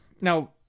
now